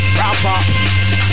rapper